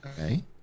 Okay